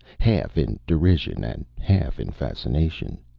half in derision and half in fascination.